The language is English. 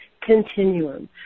continuum